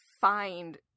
find